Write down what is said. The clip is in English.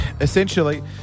Essentially